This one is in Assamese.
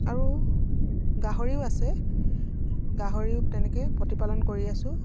আৰু গাহৰিও আছে গাহৰিও তেনেকে প্ৰতিপালন কৰি আছোঁ